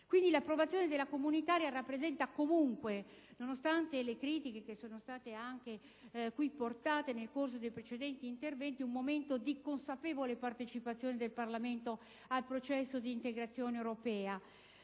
nazionali. L'approvazione della legge comunitaria rappresenta comunque, nonostante le critiche avanzate nel corso dei precedenti interventi, un momento di consapevole partecipazione del Parlamento al processo di integrazione europea.